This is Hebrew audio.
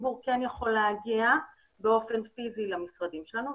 הציבור כן יכול להגיע באופן פיזי למשרדים שלנו,